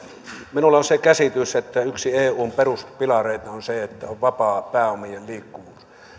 minulla on se käsitys että yksi eun peruspilareita on se että on vapaa pääomien liikkuvuus